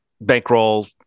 bankroll